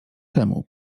temu